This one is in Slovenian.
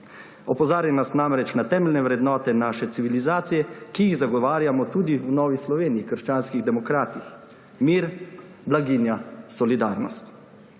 Opozarja nas namreč na temeljne vrednote naše civilizacije, ki jih zagovarjamo tudi v Novi Sloveniji – krščanskih demokratih: mir, blaginja, solidarnost.